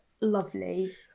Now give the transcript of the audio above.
lovely